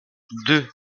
deux